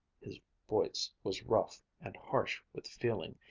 his voice was rough and harsh with feeling,